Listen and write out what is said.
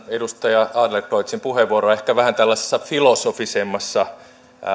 edustaja adlercreutzin puheenvuoroa ehkä vähän tällaisessa filosofisemmassa